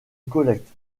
collecte